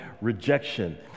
rejection